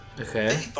Okay